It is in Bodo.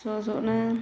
ज' ज'नो